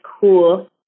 cool